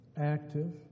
active